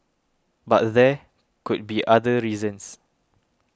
but there could be other reasons